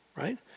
right